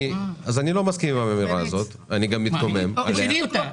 אז אני לא מסכים עם האמירה הזו ואני מתקומם כנגדה.